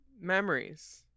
memories